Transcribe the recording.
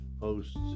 hosts